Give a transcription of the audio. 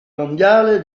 mondiale